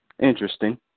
interesting